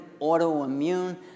autoimmune